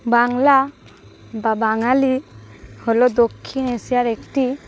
বাংলা বা বাঙালি হলো দক্ষিণ এশিয়ার একটি